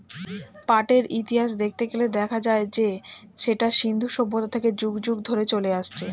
পাটের ইতিহাস দেখতে গেলে দেখা যায় যে সেটা সিন্ধু সভ্যতা থেকে যুগ যুগ ধরে চলে আসছে